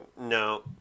no